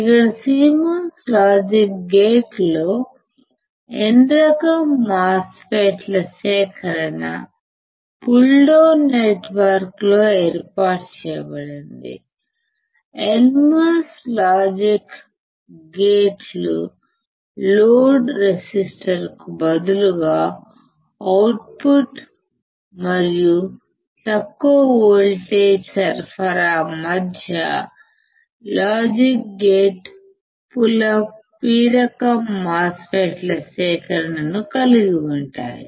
ఇక్కడ CMOS logic గేట్లలో N రకం మాస్ ఫెట్ ల సేకరణ పుల్ డౌన్ నెట్వర్క్లో ఏర్పాటు చేయబడింది NMOS లాజిక్ గేట్ల లోడ్ రెసిస్టర్కు బదులుగా అవుట్పుట్ మరియు తక్కువ వోల్టేజ్సరఫరా మధ్య CMOS లాజిక్ గేట్లు పుల్ అప్ లో P రకం మాస్ ఫెట్ ల సేకరణను కలిగి ఉంటాయి